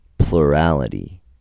plurality